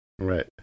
Right